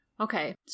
Okay